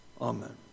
Amen